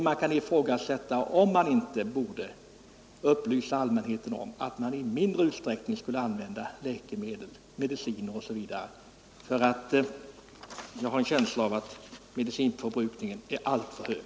Man kan ifrågasätta om allmänheten inte borde upplysas om att man i mindre utsträckning borde använda läkemedel. Jag har en känsla av att förbrukningen här i landet är alltför hög.